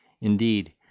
Indeed